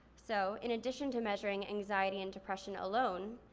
so in addition to measuring anxiety and depression alone,